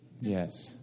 Yes